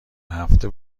هفته